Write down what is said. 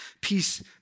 peace